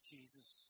Jesus